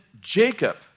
Jacob